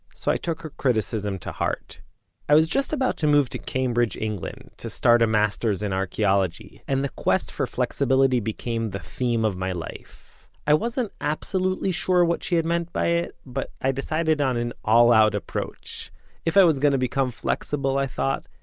so i took her criticism to heart i was just about to move to cambridge, england, to start a master's in archeology, and the quest for flexibility became the theme of my life. i wasn't absolutely sure what she had meant by it, but i decided on an all-out approach if i was going to become flexible, i thought,